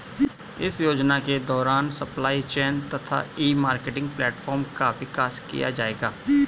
इस योजना के द्वारा सप्लाई चेन तथा ई मार्केटिंग प्लेटफार्म का विकास किया जाएगा